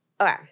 Okay